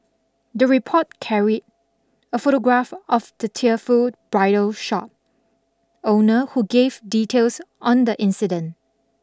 the report carried a photograph of the tearful bridal shop owner who gave details on the incident